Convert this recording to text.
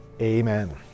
Amen